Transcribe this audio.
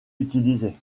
utilisé